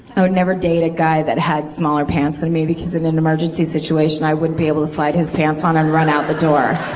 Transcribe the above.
i would never date a guy that had smaller pants than me because in an emergency situation i wouldn't be able to slide his pants on and run out the door.